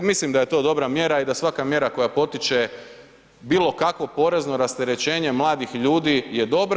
Mislim da je to dobra mjera i da svaka mjera koja potiče bilo kakvo porezno rasterećenje mladih ljudi je dobra.